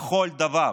בכל דבר.